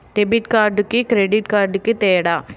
Debit కార్డుకి credit కార్డుకి తేడా?